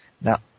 now